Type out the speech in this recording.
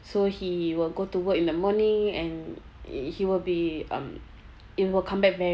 so he will go to work in the morning and he will be um he will come back very